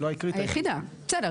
היחידה, בסדר.